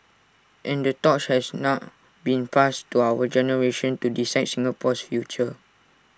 and the torch has now been passed to our generation to decide Singapore's future